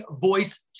Voice